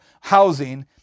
housing